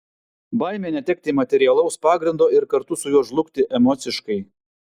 baimė netekti materialaus pagrindo ir kartu su juo žlugti emociškai